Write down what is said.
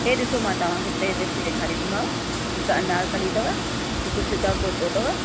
हे ॾीसो मां तव्हांखे टे ड्रेसियूं ॾेखारींदीमांव हिकु अनारकली अथव हिकु सिधो कुरितो अथव